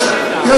בסדר.